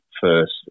first